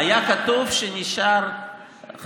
היה כתוב שנשארו לך,